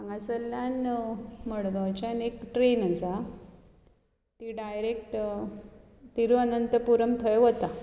हांगासल्ल्यान मडगांवच्यान एक ट्रॅन आसा ती डायरेक्ट थिरुवनंतपुरम थंय वता